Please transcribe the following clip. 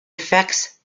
affects